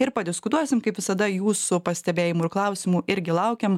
ir padiskutuosim kaip visada jūsų pastebėjimų ir klausimų irgi laukiam